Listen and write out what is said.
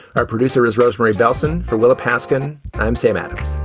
our producer is rosemary bellson for willa paskin. i'm sam adams.